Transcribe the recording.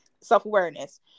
self-awareness